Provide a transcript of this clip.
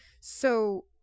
So-